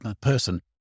person